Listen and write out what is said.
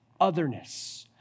otherness